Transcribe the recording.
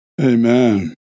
Amen